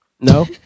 No